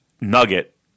nugget